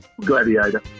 Gladiator